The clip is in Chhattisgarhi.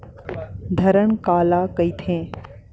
धरण काला कहिथे?